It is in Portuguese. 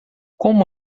como